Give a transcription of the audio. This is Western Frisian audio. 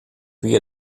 wie